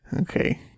Okay